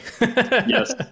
Yes